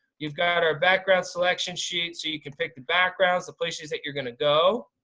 you've got our background selection sheet so you can pick the backgrounds the places that you're gonna go.